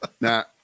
Now